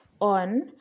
on